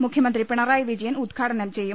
മുഖ്യമന്ത്രി പിണറായി വിജയൻ ഉദ്ഘാടനം ചെയ്യും